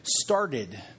started